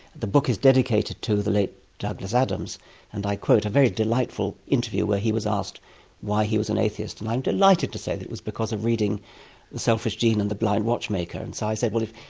the book is dedicated to the late douglas adams and i quote a very delightful interview where he was asked why he was an atheist, and i'm delighted to say that it was because of reading the selfish gene and the blind watchmaker. and so i said, well,